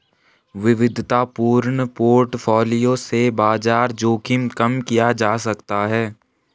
विविधतापूर्ण पोर्टफोलियो से बाजार जोखिम कम किया जा सकता है